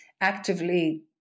actively